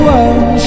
one